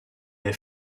est